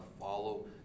follow